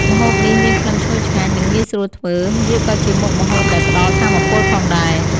ម្ហូបនេះមានក្លិនឈ្ងុយឆ្ងាញ់ និងងាយស្រួលធ្វើ វាក៏ជាមុខម្ហូបដែលផ្ដល់ថាមពលផងដែរ។